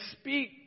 speak